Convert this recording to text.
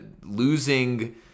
losing